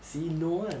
see no one